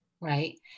Right